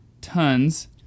tons